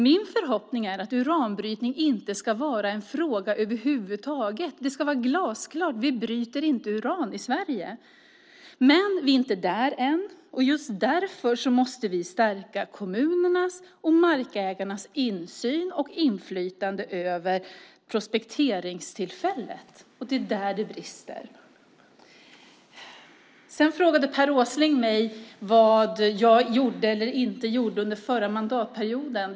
Min förhoppning är att uranbrytning inte ska vara en fråga över huvud taget. Det ska vara glasklart att vi inte bryter uran i Sverige. Men vi är inte där än. Just därför måste vi stärka kommunernas och markägarnas insyn och inflytande över prospekteringstillfället. Det är där det brister. Sedan frågade Per Åsling mig om vad jag gjorde eller inte under förra mandatperioden.